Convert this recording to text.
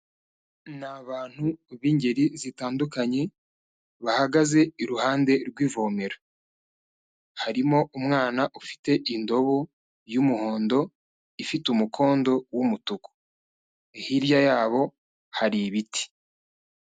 Ni abantu b'ingeri zitandukanye bahagaze iruhande rw'ivomera. Harimo umwana ufite indobo y'umuhondo ifite umukondo w'umutuku, hirya yabo hari ibiti.